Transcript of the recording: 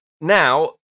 now